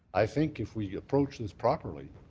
i think if we approach this properly,